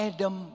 Adam